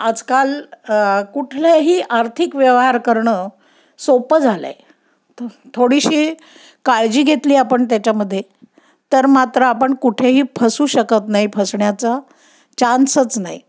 आजकाल कुठलंही आर्थिक व्यवहार करणं सोपं झालं आहे थो थोडीशी काळजी घेतली आपण त्याच्यामध्ये तर मात्र आपण कुठेही फसू शकत नाही फसण्याचा चान्सच नाही